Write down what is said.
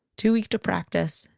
too weak to practice,